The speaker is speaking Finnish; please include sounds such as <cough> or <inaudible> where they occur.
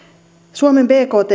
suomen bkt <unintelligible>